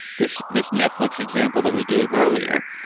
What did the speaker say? this this netflix example that we gave earlier.